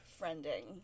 friending